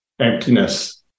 emptiness